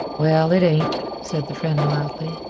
well, it ain't, said the friend mildly.